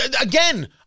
Again